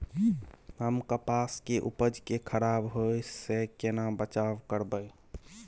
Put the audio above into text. हम कपास के उपज के खराब होय से केना बचाव करबै?